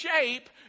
shape